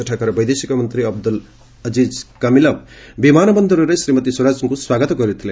ସେଠାକାର ବୈଦେଶିକ ମନ୍ତ୍ରୀ ଅବୁଦୁଲ୍ ଅଜିଜ୍ କମିଲଭ୍ ବିମାନ ବନ୍ଦରରେ ଶ୍ରୀମତୀ ସ୍ୱରାଜଙ୍କୁ ସ୍ୱାଗତ କରିଥିଲେ